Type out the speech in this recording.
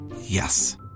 Yes